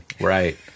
Right